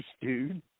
dude